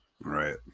Right